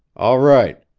all right!